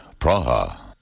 Praha